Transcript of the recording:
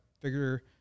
figure